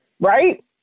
Right